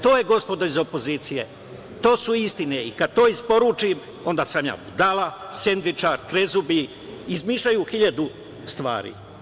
To su, gospodo iz opozicije, istine i kada to isporučim, onda sam ja budala, sendvičar, krezubi, izmišljaju hiljadu stvari.